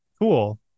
Cool